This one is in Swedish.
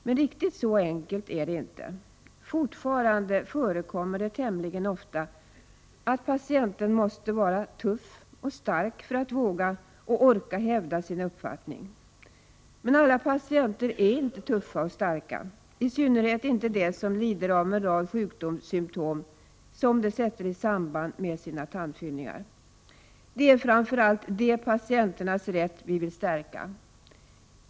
Men riktigt så enkelt är det inte. Fortfarande förekommer det tämligen ofta att patienten måste vara tuff och stark för att våga och orka hävda sin uppfattning. Men alla patienter är inte tuffa och starka, i synnerhet inte de som lider av en rad sjukdomssymtom som de sätter i samband med sina tandfyllningar. Det är framför allt patienternas rätt vi vill stärka.